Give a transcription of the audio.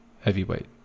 Heavyweight